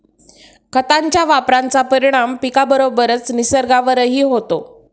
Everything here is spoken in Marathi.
खतांच्या वापराचा परिणाम पिकाबरोबरच निसर्गावरही होतो